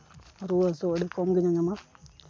ᱨᱩᱣᱟᱹ ᱦᱟᱹᱥᱩ ᱟᱹᱰᱤ ᱠᱚᱢᱜᱮ ᱧᱟᱧᱟᱢᱟ